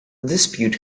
dispute